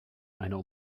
einer